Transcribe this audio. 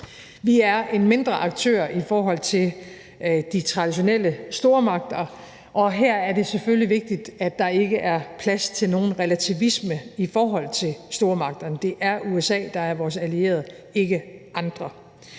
Vi er en mindre aktør i forhold til de traditionelle stormagter, og her er det selvfølgelig vigtigt, at der ikke er plads til nogen relativisme i forhold til stormagterne. Det er USA, der er vores allierede, ikke andre.